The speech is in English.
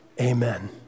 Amen